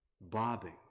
bobbing